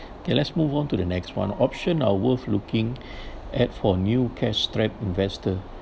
okay let's move on to the next one option are worth looking at for new cash strapped investor